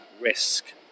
risk